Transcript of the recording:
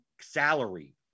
salary